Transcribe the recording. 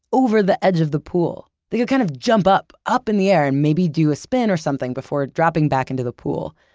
over the edge of the pool. they could kind of jump up, up in the air, and maybe do a spin or something before dropping back into the pool.